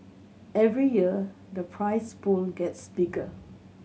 every year the prize pool gets bigger